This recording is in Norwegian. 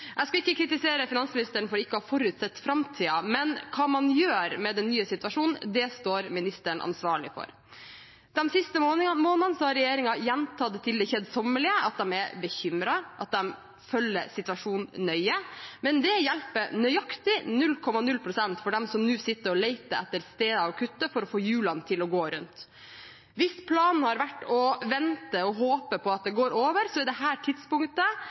Jeg skal ikke kritisere finansministeren for ikke å ha forutsett framtiden, men hva man gjør med den nye situasjonen? Den står ministeren ansvarlig for. De siste månedene har regjeringen gjentatt til det kjedsommelige at de er bekymret, og at de følger situasjonen nøye, men det hjelper nøyaktig 0,0 pst. for dem som nå sitter og leter etter steder å kutte for å få hjulene til å gå rundt. Hvis planen har vært å vente og håpe på at det går over, så er dette tidspunktet i